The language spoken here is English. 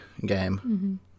game